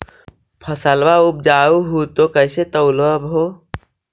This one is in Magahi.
फसलबा उपजाऊ हू तो कैसे तौउलब हो?